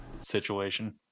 situation